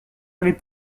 allait